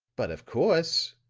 but of course,